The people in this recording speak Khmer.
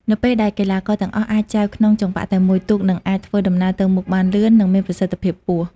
នៅពេលដែលកីឡាករទាំងអស់អាចចែវក្នុងចង្វាក់តែមួយ ទូកនឹងអាចធ្វើដំណើរទៅមុខបានលឿន និងមានប្រសិទ្ធភាពខ្ពស់។